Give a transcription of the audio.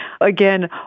Again